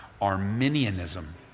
Arminianism